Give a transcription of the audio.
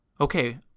okay